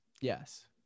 Yes